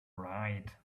right